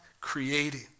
creating